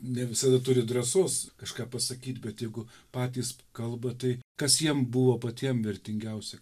ne visada turi drąsos kažką pasakyt bet jeigu patys kalba tai kas jiem buvo patiem vertingiausia